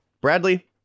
Bradley